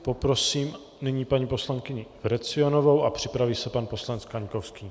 Poprosím nyní paní poslankyni Vrecionovou a připraví se pan poslanec Kaňkovský.